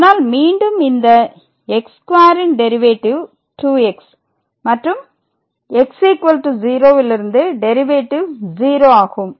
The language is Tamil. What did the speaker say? ஆனால் மீண்டும் இந்த x2 ன் டெரிவேட்டிவ் 2x மற்றும் x 0 லிருந்து டெரிவேட்டிவ் 0 ஆகும்